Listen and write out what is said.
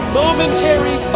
momentary